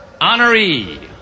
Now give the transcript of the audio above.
honoree